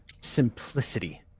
simplicity